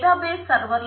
database server